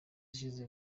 ishize